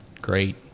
great